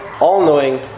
all-knowing